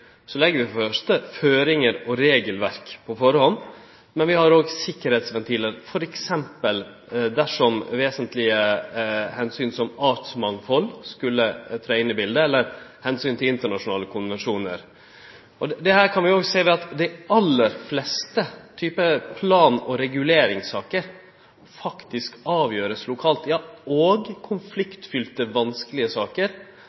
legg vi for det første føringar og regelverk på førehand, men vi har òg sikkerheitsventilar f.eks. dersom vesentlege omsyn som artsmangfald skulle tre inn i biletet, eller omsyn til internasjonale konvensjonar. Det kan vi òg sjå ved at dei aller fleste typar plan- og reguleringssaker faktisk vert avgjorde lokalt – ja, òg konfliktfylte og vanskelege saker.